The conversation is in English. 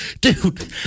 dude